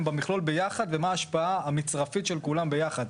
במכלול ביחד ומה השפעה המצרפית של כולם ביחד?